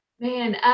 Man